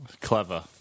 Clever